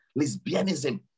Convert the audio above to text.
lesbianism